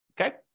okay